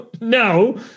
No